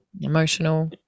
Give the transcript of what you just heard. emotional